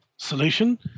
solution